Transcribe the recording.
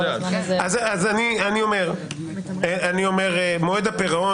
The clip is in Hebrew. --- אז אני אומר: "מועד הפירעון"